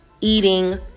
eating